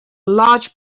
large